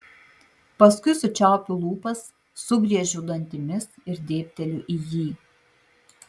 paskui sučiaupiu lūpas sugriežiu dantimis ir dėbteliu į jį